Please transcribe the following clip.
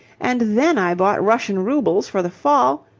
and then i bought russian roubles for the fall,